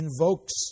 invokes